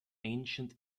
ancient